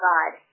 God